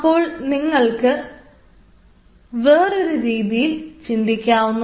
അപ്പോൾ നിങ്ങൾ വേറൊരു രീതിയിൽ ചിന്തിക്കുന്നു